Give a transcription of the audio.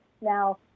Now